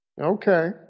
Okay